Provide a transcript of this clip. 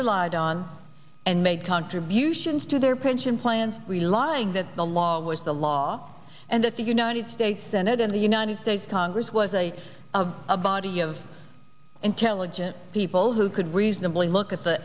relied on and made contributions to their pension plan relying that the law was the law and that the united states senate and the united states congress was a of a body of intelligent people who could reasonably look at the